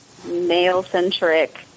male-centric